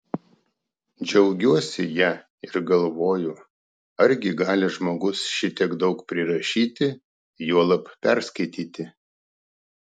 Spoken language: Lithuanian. džiaugiuosi ja ir galvoju argi gali žmogus šitiek daug prirašyti juolab perskaityti